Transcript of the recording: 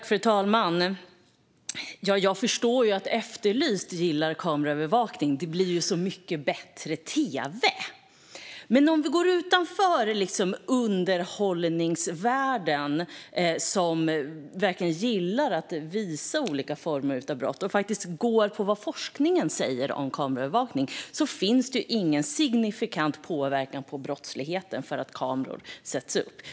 Fru talman! Jag förstår att Efterlyst gillar kameraövervakning. Det blir så mycket bättre tv. Om vi går utanför underhållningsvärlden, som gillar att visa olika typer av brott, och i stället går på vad forskningen säger om kameraövervakning ser vi att det inte finns någon signifikant påverkan på brottsligheten av att kameror sätts upp.